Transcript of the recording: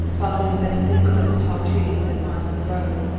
following as best they could the tall trees that marked the road.